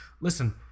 listen